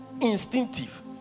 instinctive